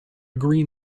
green